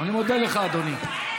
אני מודה לך, אדוני.